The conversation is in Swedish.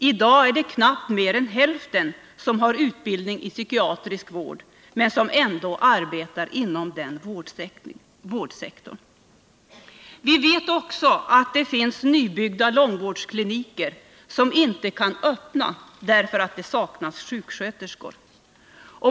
I dag är det knappt mer än hälften av dem som arbetar inom denna vårdsektor som har utbildning i psykiatrisk vård. Vi vet också att det finns nybyggda långvårdskliniker som inte kan öppnas därför att det saknas sjuksköterskor.